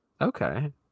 Okay